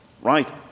right